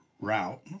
route